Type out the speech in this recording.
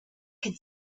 could